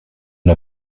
l’a